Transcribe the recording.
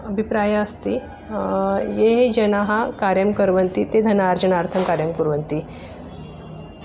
अभिप्रायः अस्ति ये जनाः कार्यं कुर्वन्ति ते धनार्जनार्थं कार्यं कुर्वन्ति